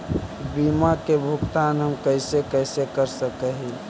बीमा के भुगतान हम कैसे कैसे कर सक हिय?